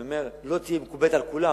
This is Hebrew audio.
היא לא תהיה מקובלת על כולם,